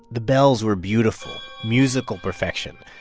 the bells were beautiful, musical perfection.